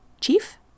chief